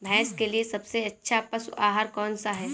भैंस के लिए सबसे अच्छा पशु आहार कौन सा है?